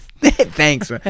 thanks